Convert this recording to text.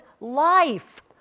life